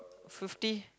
fifty